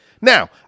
Now –